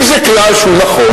אם זה כלל שהוא נכון,